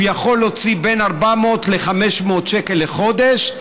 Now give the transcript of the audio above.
הוא יכול להוציא בין 400 ל-500 שקלים לחודש,